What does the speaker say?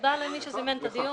תודה למי שזימן את הדיון.